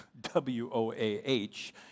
W-O-A-H